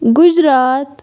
Gujarat